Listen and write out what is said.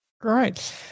Great